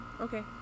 Okay